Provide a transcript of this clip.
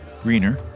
greener